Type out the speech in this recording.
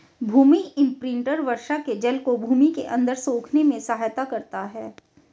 भूमि imprinter वर्षा के जल को भूमि के अंदर सोखने में सहायता करता है